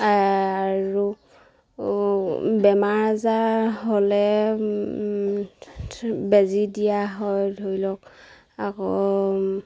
আৰু বেমাৰ আজাৰ হ'লে বেজী দিয়া হয় ধৰি লওক আকৌ